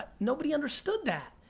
nobody understood that.